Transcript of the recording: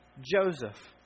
Joseph